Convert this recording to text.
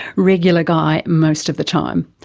regular guy, most of the time.